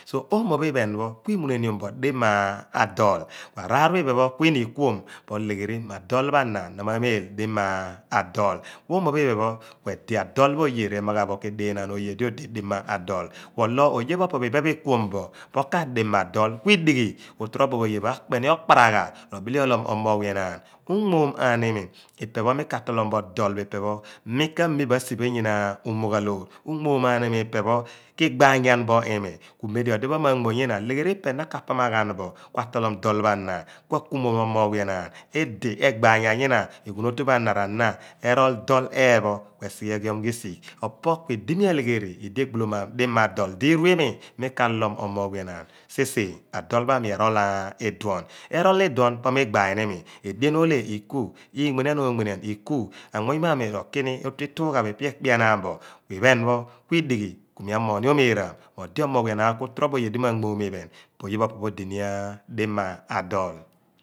So omophi phen pho ku muneniom bo dima adool araal pho iphen pho kuina ikuuom po legheri mo adool pho ana nama meel di ma adool. Omophi phen pho kuedi adool pho oye re maghaa bo ko deenaan oye di odi dima adool oye pho opo pho phen pho ekuunibo po kaadima adol kuidighi ku tro bo oye pho akpe ni okparagha robele oloom oomoogh weh enaan mo umuum maani mi pepho mi ka tolom bo dool phe pe pho mi ka mi bo asiphe nyina umughaa loor umuum ma ni imi ipe pho kibaayaan bo imi ku mem lo odi pho maa moo nyna lagheri ipe pho na ka tolom bo do pho ana kua kuumuum bo omoogh weh enaan pidi egbaayan nyina eghun otu pho ana rana ke tool dool eepho bin ekiom risigh opo kuidi mi alegheri idi egbolomaam dima adool di iruemi mi kaloo omoogh whe enaan see seey adool pho amo erool iduon. Erool iduon po migha ayan imi edien olhe iku inmenian iku anmuny pho ami rokini otu ituugha pho ipe ekpieanaan bo iphen pho kuidighi ki mi amoogh ni omeeraam mo odi omooghlohe enaan pho ku trobo oye di ma moom iphen pho po oye pho opo pho di ma adool